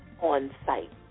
on-site